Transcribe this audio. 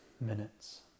minutes